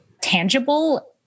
tangible